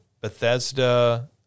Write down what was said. Bethesda